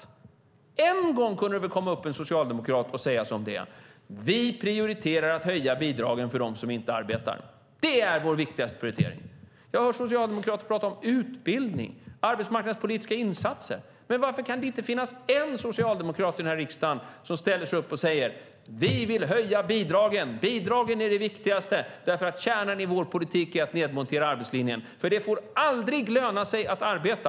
En enda gång kunde väl en socialdemokrat säga som det är: Vi prioriterar att höja bidragen för dem som inte arbetar. Det är vår viktigaste prioritering. Jag hör socialdemokrater tala om utbildning och arbetsmarknadspolitiska insatser. Men varför kan inte en enda socialdemokrat i denna riksdag säga: Vi vill höja bidragen. Bidragen är det viktigaste, för kärnan i vår politik är att nedmontera arbetslinjen. Det får nämligen aldrig löna sig att arbeta.